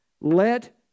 let